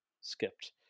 skipped